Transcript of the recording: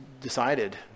decided